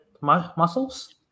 muscles